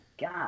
god